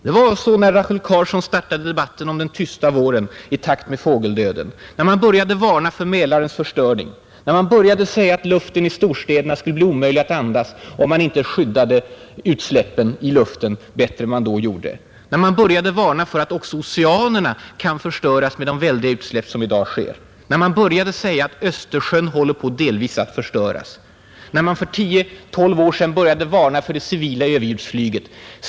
Det var så när Rachel Carson startade debatten om den tysta våren som kommer i takt med fågeldöden, när man började varna för Mälarens förstöring, när man började säga att luften i storstäderna skulle bli omöjlig att andas om man inte renade utsläppen bättre, när man började varna för att också oceanerna kan skadas med de väldiga utsläpp som i dag sker, när man började säga att Östersjön håller på att delvis förstöras, när man för tio tolv år sedan började varna för det civila överljudsflyget.